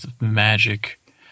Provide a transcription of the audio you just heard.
magic